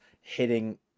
hitting